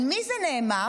על מי זה נאמר?